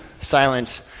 silence